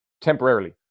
Temporarily